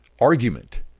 argument